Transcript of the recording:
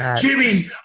Jimmy